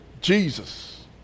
Jesus